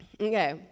Okay